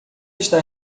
está